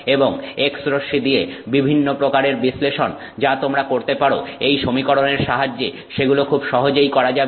এবং X রশ্মি দিয়ে বিভিন্ন প্রকারের বিশ্লেষণ যা তোমরা করতে পারো এই সমীকরণের সাহায্যে সেগুলো খুব সহজেই করা যাবে